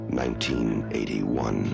1981